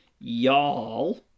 y'all